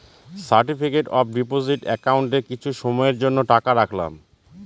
certificate of deposit একাউন্টে কিছু সময়ের জন্য টাকা রাখলাম